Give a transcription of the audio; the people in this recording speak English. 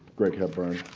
greg hepburn,